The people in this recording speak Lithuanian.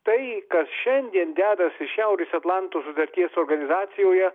tai kas šiandien dedasi šiaurės atlanto sutarties organizacijoje